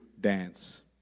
dance